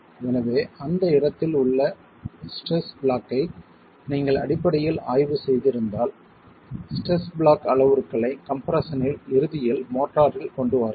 எனவே அந்த இடத்தில் உள்ள ஸ்ட்ரெஸ் பிளாக் ஐ நீங்கள் அடிப்படையில் ஆய்வு செய்திருந்தால் ஸ்ட்ரெஸ் பிளாக் அளவுருக்களை கம்ப்ரெஸ்ஸனில் இறுதியில் மோர்டரில் கொண்டு வாருங்கள்